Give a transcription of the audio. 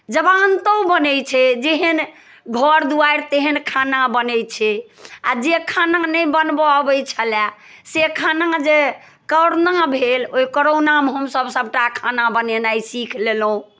जवान्तो बनै छै जेहन घर दुआरि तेहन खाना बनै छै आ जे खाना नहि बनबय अबै छलै से खाना जे करोना भेल ओहि करोनामे हमसभ सभटा खाना बनेनाइ सीखि लेलहुँ